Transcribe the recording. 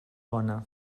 bona